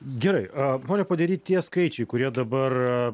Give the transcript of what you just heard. gerai pone podery tie skaičiai kurie dabar